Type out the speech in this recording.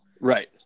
Right